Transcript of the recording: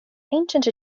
ancient